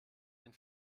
den